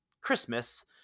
Christmas